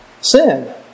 sin